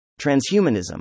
Transhumanism